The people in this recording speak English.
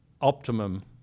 optimum